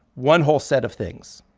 one whole set of things.